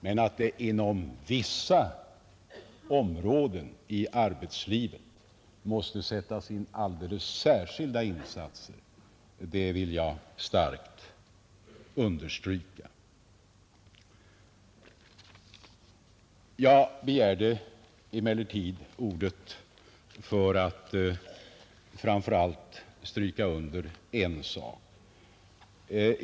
Men att det inom vissa områden i arbetslivet måste sättas in alldeles särskilda insatser, vill jag starkt betona. Jag begärde emellertid ordet för att framför allt stryka under en sak.